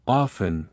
often